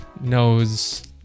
knows